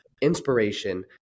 inspiration